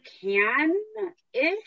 can-ish